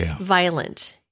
violent